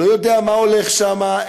לא יודע מה הולך שם,